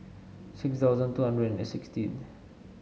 six thousand two hundred and sixteen